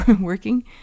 working